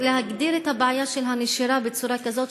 להגדיר את הבעיה של הנשירה בצורה כזאת,